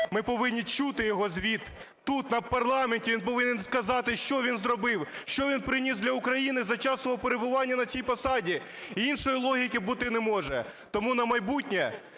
ми повинні чути його звіт тут, у парламенті, він повинен сказати, що він зробив, що він приніс для України за час свого перебування на цій посаді. І іншої логіки бути не може. Тому на майбутнє